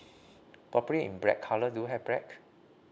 probable in black colour do you have black